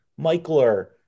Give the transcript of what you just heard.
Michler